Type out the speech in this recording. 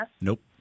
Nope